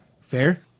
fair